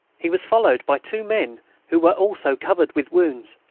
he was followed by two men who were also covered with wounds.